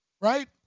Right